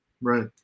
Right